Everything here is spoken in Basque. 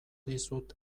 dizut